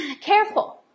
careful